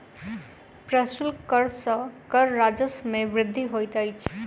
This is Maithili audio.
प्रशुल्क कर सॅ कर राजस्व मे वृद्धि होइत अछि